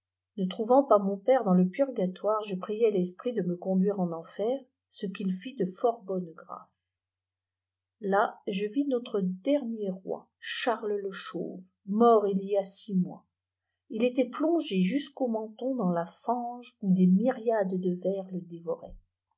ne trouvant pas mon père dans le pur gatmré je pfhii resptit de me condu en enmr ce qu'u fit de fort bonne gnàce là je vis notre dernier roi charles le chauve meril y a si mois il était plongé jusqu'au menton dans u fimgeyoù deeoiyrîades de vers le